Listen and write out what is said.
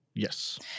Yes